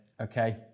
Okay